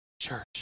church